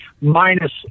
minus